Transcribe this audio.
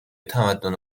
تمدن